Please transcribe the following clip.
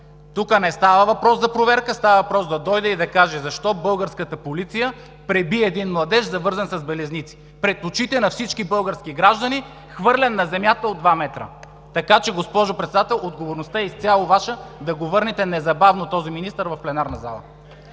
Тук не става въпрос за проверка, а става въпрос да дойде и да каже защо българската полиция преби един младеж пред очите на всички български граждани, завързан с белезници и хвърлен на земята от два метра? Така че, госпожо Председател, отговорността е изцяло Ваша да върнете незабавно този министър в пленарната зала.